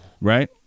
right